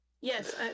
Yes